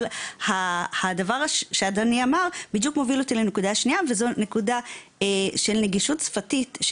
אבל הדבר שאדוני אמר בדיוק מוביל אותי לנקודה השנייה של נגישות שפתית,